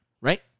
Right